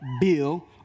bill